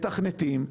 מתכנתים,